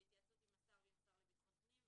בהתייעצות עם השר ועם השר לביטחון הפנים,